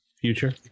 future